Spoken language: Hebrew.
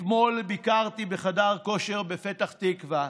אתמול ביקרתי בחדר כושר בפתח תקווה